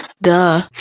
Duh